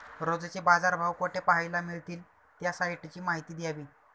रोजचे बाजारभाव कोठे पहायला मिळतील? त्या साईटची माहिती द्यावी